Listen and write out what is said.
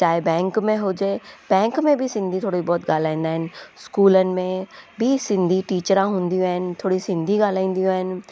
चाहे बैंक में हुजे बैंक में बि सिंधी थोरी बहुत ॻाल्हाईंदा आहिनि स्कूलनि में बि सिंधी टीचरां हूंदियूं आहिनि थोरी सिंधी ॻाल्हाईंदियूं आहिनि